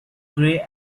grey